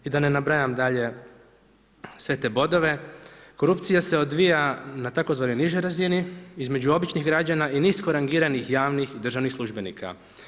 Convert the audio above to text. I da ne nabrajam dalje sve to bodove, korupcija se odvija na tzv. nižoj razini, između običnih građana i nisko rangiranih javnih i državnih službenika.